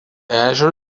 ežero